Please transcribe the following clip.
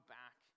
back